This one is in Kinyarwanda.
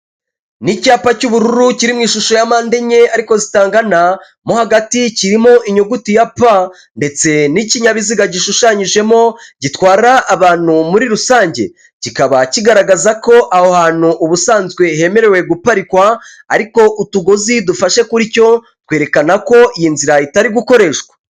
Ni icyapa cy'ubururu kiri mu ishusho ya mpande enye ariko zitangana, mo hagati kirimo inyuguti ya pa ndetse n'ikinyabiziga gishushanyijemo gitwara abantu muri rusange, kikaba kigaragaza ko aho hantu ubusanzwe hemerewe guparikwa ariko utugozi dufashe kuri cyo twerekana ko iyi nzira itari gukoreshwa.